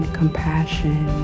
compassion